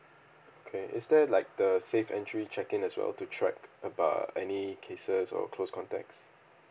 okay is there like the safe entry check in as well to track abo~ any cases or close contacts